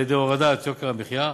על-ידי הורדת יוקר המחיה.